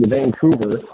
Vancouver